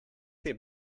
their